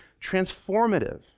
transformative